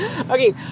Okay